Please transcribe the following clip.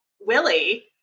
Willie